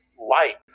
light